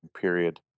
period